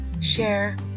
share